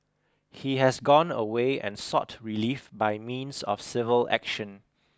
he has gone away and sought relief by means of civil action